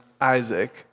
Isaac